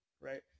right